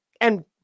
And-